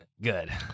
Good